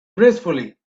gracefully